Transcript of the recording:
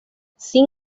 sin